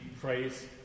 praise